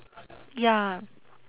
ya